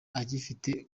agifite